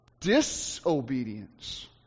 disobedience